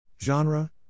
Genre